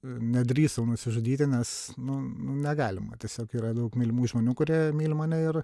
nedrįsau nusižudyti nes nu negalima tiesiog yra daug mylimų žmonių kurie myli mane ir